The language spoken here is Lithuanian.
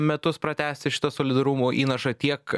metus pratęsti šitą solidarumo įnašą tiek